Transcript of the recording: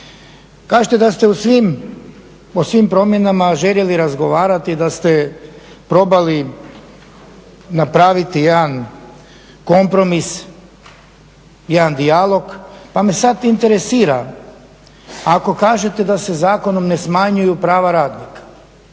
Kažete da ste o svim promjenama željeli razgovarati, da ste probali napraviti jedan kompromis, jedan dijalog pa me sada interesira ako kažete da se zakonom ne smanjuju prava radnika,